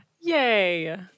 Yay